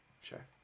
sure